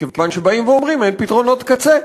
כיוון שבאים ואומרים: אין פתרונות קצה.